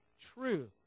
truth